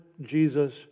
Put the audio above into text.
Jesus